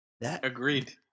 Agreed